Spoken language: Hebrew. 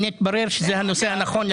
מתברר שזה הנושא הנכון.